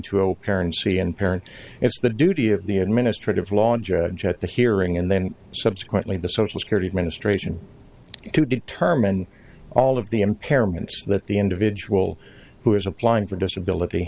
zero parents he and parent it's the duty of the administrative law judge at that hearing and then subsequently the social security administration to determine all of the impairments that the individual who is applying for disability